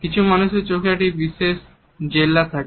কিছু মানুষের চোখে একটি বিশেষ জেল্লা থাকে